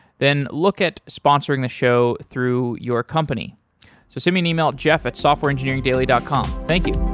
then look at sponsoring the show through your company. so send me an email at jeff at softwarengineeringdaily dot com. thank you